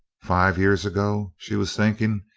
five years ago? she was thinking,